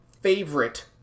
favorite